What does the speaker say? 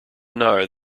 know